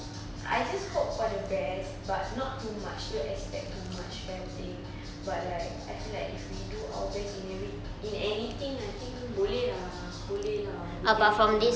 I just hope for the best but not too much don't expect too much that kind of thing but like I feel like if we do out best in every~ in anything I think boleh lah boleh lah we can make it lah